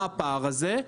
מה הפער הזה?